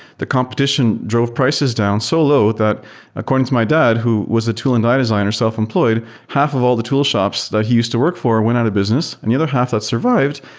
the competition drove prices down so low that according to my dad who was a tool and designer, self-employed, half of all the tool shops that he used to work for went out of business and the other half that survived,